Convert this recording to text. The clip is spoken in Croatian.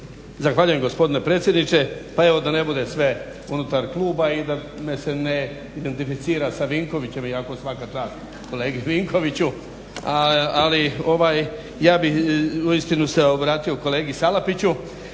Zahvaljujem gospodine predsjedniče. Pa evo da ne bude sve unutar kluba i da me se ne identificira sa Vinkovićem, iako svaka čast kolegi Vinkoviću, ali ja bih uistinu se obratio kolegi Salapiću.